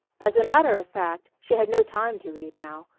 as a matter of fact, she had no time to read now,